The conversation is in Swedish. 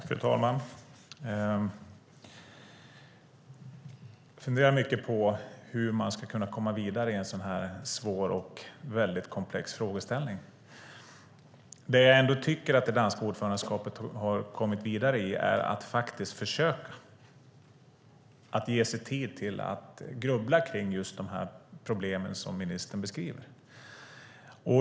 Fru talman! Jag funderar mycket på hur man ska komma vidare i en svår och komplex fråga. Det danska ordförandeskapet har kommit vidare i att försöka ge sig tid till att grubbla om de problem som ministern beskriver.